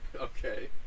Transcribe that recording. Okay